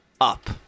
up